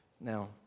Now